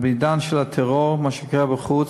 בעידן של הטרור שקורה בחוץ,